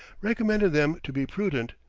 recommended them to be prudent,